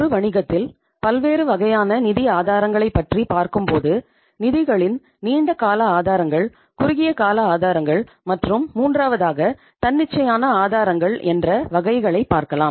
ஒரு வணிகத்தில் பல்வேறு வகையான நிதி ஆதாரங்களை பற்றி பார்க்கும்போது நிதிகளின் நீண்ட கால ஆதாரங்கள் குறுகியகால ஆதாரங்கள் மற்றும் மூன்றாவதாக தன்னிச்சையான ஆதாரங்கள் என்ற வகைகளை பார்க்கலாம்